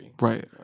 right